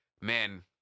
man